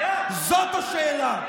זאת השאלה,